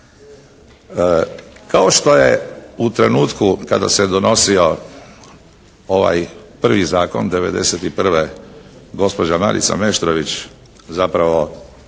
Kao što je u trenutku kada se donosio ovaj prvi zakon 1991. gospođa Marica Meštrović zapravo